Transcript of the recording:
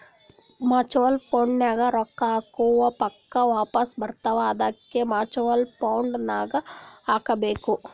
mutual fund ನಾಗ್ ರೊಕ್ಕಾ ಹಾಕುರ್ ಪಕ್ಕಾ ವಾಪಾಸ್ ಬರ್ತಾವ ಅದ್ಕೆ ಮೂಚುವಲ್ ಫಂಡ್ ನಾಗ್ ಹಾಕಬೇಕ್